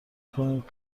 کنید